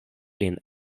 lin